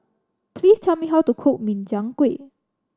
please tell me how to cook Min Chiang Kueh